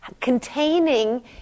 containing